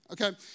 Okay